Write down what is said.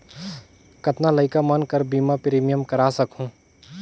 कतना लइका मन कर बीमा प्रीमियम करा सकहुं?